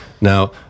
now